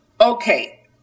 okay